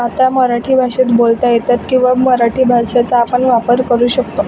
आता मराठी भाषेत बोलता येतात किवा मराठी भाषेचा आपण वापर करू शकतो